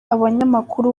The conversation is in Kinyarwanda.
abanyamakuru